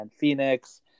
Phoenix